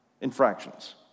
infractions